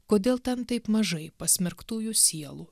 kodėl ten taip mažai pasmerktųjų sielų